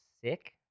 sick